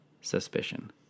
suspicion